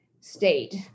state